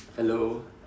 hello